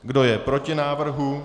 Kdo je proti návrhu?